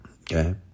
Okay